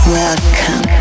welcome